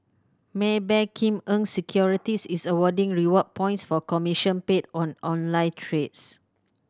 Maybank Kim Eng Securities is awarding reward points for commission paid on online trades